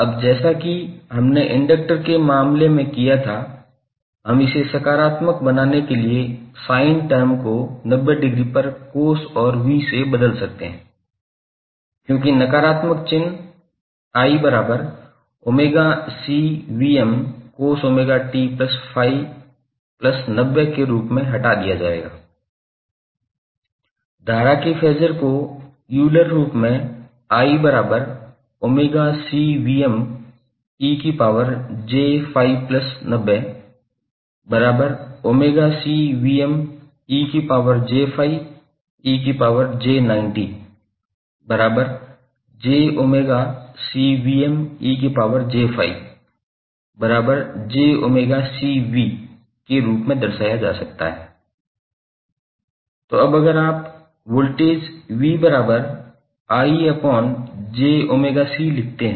अब जैसा कि हमने इंडक्टर के मामले में किया था हम इसे सकारात्मक बनाने के लिए sin टर्म को 90 डिग्री पर cos और V से बदल सकते हैं क्योंकि नकारात्मक चिन्ह 𝑖𝜔𝐶cos𝜔𝑡∅90 के रूप में हटा दिया जाएगा धारा के फेज़र को यूलर रूप में 𝑰𝜔𝐶𝜔𝐶𝑗𝜔𝐶𝑗𝜔𝐶𝑽 के रूप में दर्शाया जा सकता है तो अब अगर आप वोल्टेज 𝑽𝑰𝑗𝜔𝐶 लिखते हैं